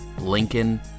Lincoln